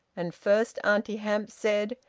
and first auntie hamps said,